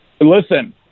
listen